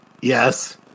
Yes